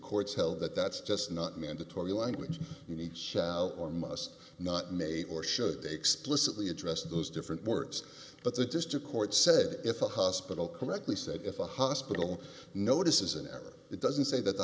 courts held that that's just not mandatory language you need shall or must not may or should they explicitly addressed those different words but the district court said if the hospital correctly said if a hospital notice is an error it doesn't say that the